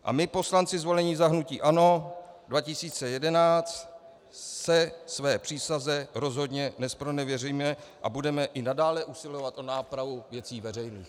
A my, poslanci zvolení za hnutí ANO 2011, se své přísaze rozhodně nezpronevěříme a budeme i nadále usilovat o nápravu věcí veřejných.